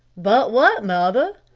but what, mother?